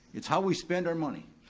it's how we spend our money.